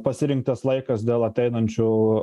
pasirinktas laikas dėl ateinančių